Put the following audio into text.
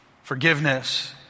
Forgiveness